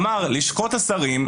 אמר: לשכות השרים,